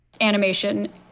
animation